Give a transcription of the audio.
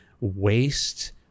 waste